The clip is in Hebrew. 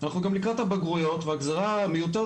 אנחנו לקראת הבגרויות והגזירה המיותרת